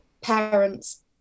parents